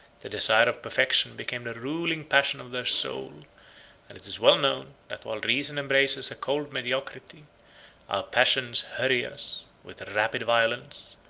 the desire of perfection became the ruling passion of their soul and it is well known, that while reason embraces a cold mediocrity, our passions hurry us, with rapid violence,